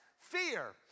fear